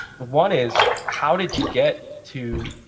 one is, how did you get to